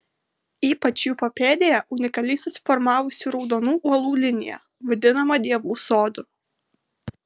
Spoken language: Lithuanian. ypač jų papėdėje unikaliai susiformavusių raudonų uolų linija vadinama dievų sodu